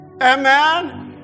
Amen